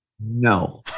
No